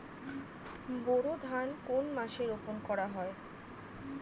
বোরো ধান কোন মাসে রোপণ করা হয়?